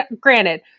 granted